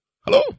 Hello